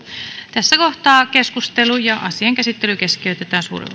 tässä kohtaa keskustelu ja asian käsittely keskeytetään suuren